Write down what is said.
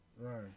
Right